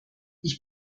ich